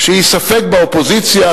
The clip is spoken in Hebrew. שהיא ספק באופוזיציה,